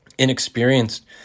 inexperienced